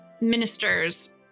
ministers